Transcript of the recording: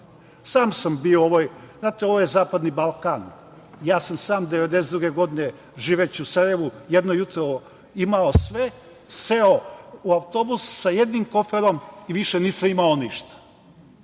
Sam sam bio u ovoj, znate ovo zapadni Balkan, ja sam sam 1992. godine živeći u Sarajevu, jedno jutro imao sve, seo u autobus sa jednim koferom i više nisam imao ništa.